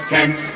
Kent